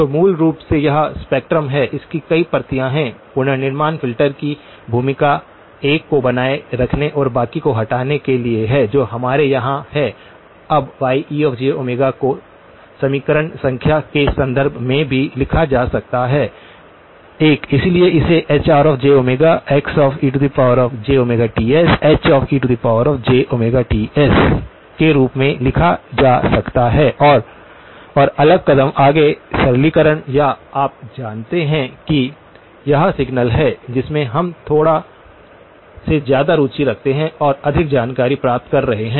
तो मूल रूप से यह स्पेक्ट्रम है इसकी कई प्रतियां हैं पुनर्निर्माण फ़िल्टर की भूमिका एक को बनाए रखने और बाकी को हटाने के लिए है जो हमारे यहां है अब Yejω को समीकरण संख्या के संदर्भ में भी लिखा जा सकता है 1 इसलिए इसे HrjXejTsH के रूप में लिखा जा सकता है और और अगला कदम आगे सरलीकरण या आप जानते हैं कि यह सिग्नल है जिसमे हम थोड़ा से ज्यादा रुचि रखते हैं और अधिक जानकारी प्राप्त कर रहे हैं